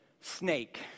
snake